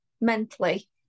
mentally